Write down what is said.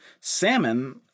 salmon